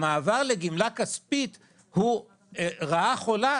המעבר לגמלה כספית הוא רעה חולה,